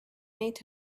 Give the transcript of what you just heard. made